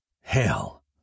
Hell